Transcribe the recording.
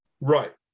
Right